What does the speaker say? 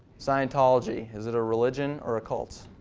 scientology. is it a religion or a cult?